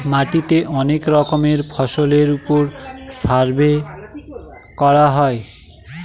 মাটিতে অনেক রকমের ফসলের ওপর সার্ভে করা হয়